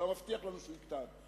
אתה מבטיח לנו שהוא יקטן?